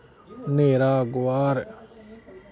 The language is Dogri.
न्हेरा गोआर